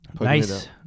Nice